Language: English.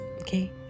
okay